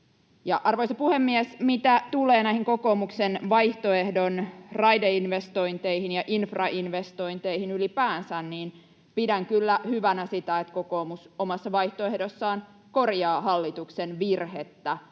Arvoisa puhemies! Mitä tulee näihin kokoomuksen vaihtoehdon raideinvestointeihin ja infrainvestointeihin ylipäänsä, niin pidän kyllä hyvänä sitä, että kokoomus omassa vaihtoehdossaan korjaa sitä hallituksen virhettä,